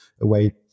away